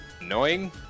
annoying